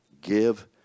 give